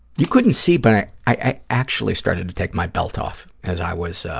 you couldn't see, but i i actually started to take my belt off as i was